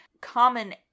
common